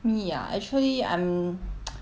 me ah actually I'm